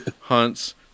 hunts